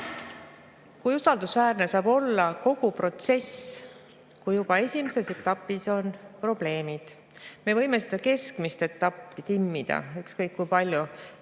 usaldusväärne saab olla kogu protsess, kui juba esimeses etapis on probleemid? Me võime seda keskmist etappi timmida ükskõik kui palju.